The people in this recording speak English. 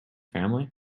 family